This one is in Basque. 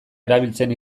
erabiltzen